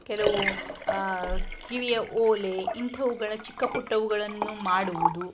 ಕೆಲವು ಕಿವಿಯ ಓಲೆ ಇಂಥವುಗಳ ಚಿಕ್ಕ ಪುಟ್ಟವುಗಳನ್ನು ಮಾಡುವುದು